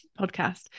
podcast